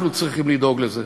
אנחנו צריכים לדאוג לזה.